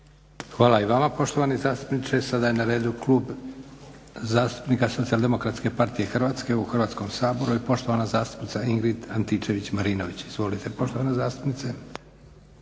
Hvala i vama poštovani zastupniče. Sada je na redu Klub zastupnika Socijaldemokratske partije Hrvatske u Hrvatskom saboru, i poštovana zastupnica Ingrid Antičević Marinović. Izvolite poštovana zastupnice.